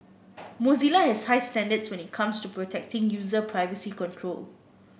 Mozilla has high standards when it comes to protecting user privacy control